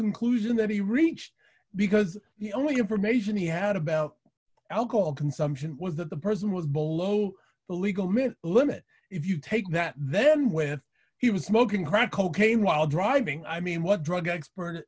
conclusion that he reached because the only information he had about alcohol consumption was that the person was below the legal mid limit if you take that then when he was smoking crack cocaine while driving i mean what drug expert